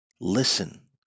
listen